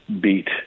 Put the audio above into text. beat